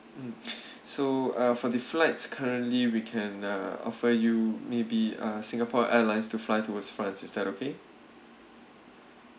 so uh for the flights currently we can uh offer you maybe uh Singapore Airlines to fly towards france is that okay